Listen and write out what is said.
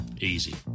Easy